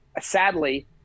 Sadly